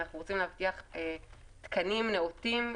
ואנחנו רוצים להבטיח תקנים נאותים,